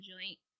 joint